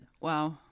Wow